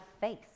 face